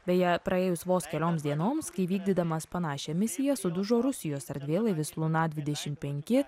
beje praėjus vos kelioms dienoms kai vykdydamas panašią misiją sudužo rusijos erdvėlaivis luna dvidešim penki